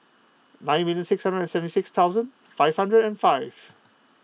nine million six hundred and seventy six thousand five hundred and five